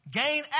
gain